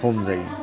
खम जायो